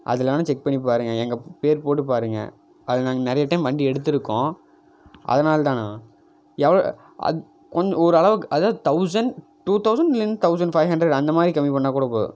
அதில் வேணால் செக் பண்ணி பாருங்க எங்கள் பேர் போட்டு பாருங்க அதில் நாங்கள் நிறையா டைம் வண்டி எடுத்திருக்கோம் அதனாலதாண்ணா எவ் அத் கொஞ்சம் ஓரளவுக்கு அதாவது தௌசண்ட் டூ தௌசண்ட் இல்லைன்னா தௌசண்ட் ஃபைவ் ஹண்ரட் அந்த மாதிரி கம்மி பண்ணிணா கூட போதும்